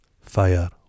Fire